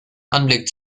anblick